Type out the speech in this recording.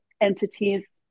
entities